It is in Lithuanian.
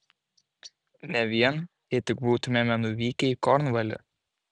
ne vien jei tik būtumėme nuvykę į kornvalį